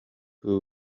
who